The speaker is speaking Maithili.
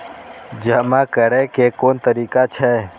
जमा करै के कोन तरीका छै?